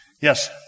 Yes